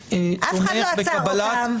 אף אחד לא עצר אותם.